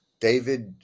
David